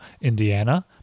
Indiana